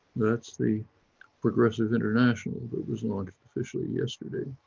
that's the progressive international that was launched officially yesterday.